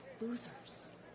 Losers